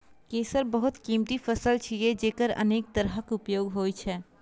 केसर बहुत कीमती फसल छियै, जेकर अनेक तरहक उपयोग होइ छै